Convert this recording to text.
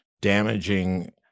damaging